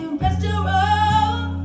restaurant